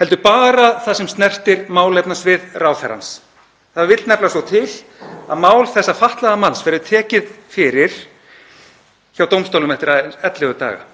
heldur bara það sem snertir málefnasvið ráðherrans. Það vill nefnilega svo til að mál þessa fatlaða manns verður tekið fyrir hjá dómstólunum eftir aðeins 11 daga.